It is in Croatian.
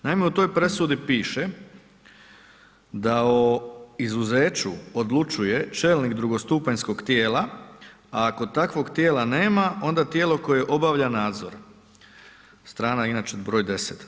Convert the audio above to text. Naime, u toj presudi piše da o izuzeću odlučuje čelnik drugostupanjskog tijela, a ako takvog tijela nema onda tijelo koje obavlja nadzor, strana inače br. 10.